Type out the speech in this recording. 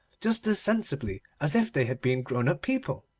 just as sensibly as if they had been grown-up people.